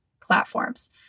platforms